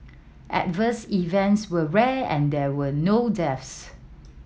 adverse events were rare and there were no deaths